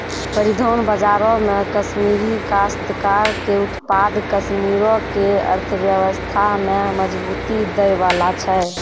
परिधान बजारो मे कश्मीरी काश्तकार के उत्पाद कश्मीरो के अर्थव्यवस्था में मजबूती दै बाला छै